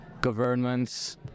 governments